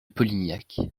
polignac